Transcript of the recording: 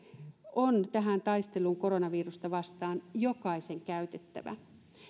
on tähän taisteluun koronavirusta vastaan jokaisen käytettävä